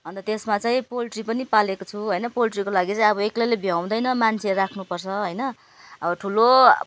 अन्त त्यसमा चाहिँ पोल्ट्री पनि पालेको छु होइन पोल्ट्रीको लागि चाहिँ अब एक्लैले भ्याउँदैन मान्छे राख्नु पर्छ होइन अब ठुलो